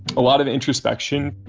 a lot of introspection,